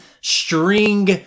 string